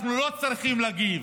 אנחנו לא צריכים להגיב.